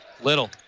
Little